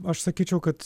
aš sakyčiau kad